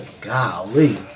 Golly